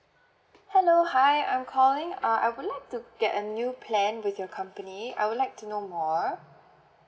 hello hi I'm calling uh I would like to get a new plan with your company I would like to know more